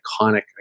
iconic